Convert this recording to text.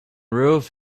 roof